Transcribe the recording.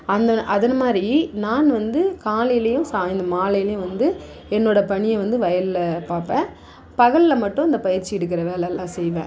அந்த அதன் மாதிரி நான் வந்து காலையிலேயும் சாய்ந்து மாலையிலேயும் வந்து என்னோடய பணியை வந்து வயலில் பார்ப்பேன் பகலில் மட்டும் இந்த பயிற்சி எடுக்கிற வேலையெலாம் செய்வேன்